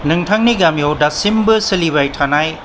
नोंथांनि गामियाव दासिमबो सोलिबाय थानाय